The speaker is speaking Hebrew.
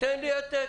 תן לי העתק.